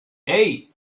hey